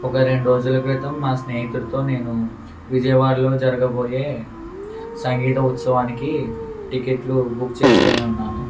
ఒక రెండ్రోజుల క్రితం మా స్నేహితుడితో నేను విజయవాడలో జరగబోయే సంగీత ఉత్సవానికి టికెట్లు బుక్ చేసుకొని ఉన్నాను